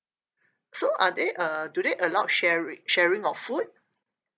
so are they uh do they allowed shari~ sharing of food